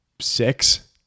six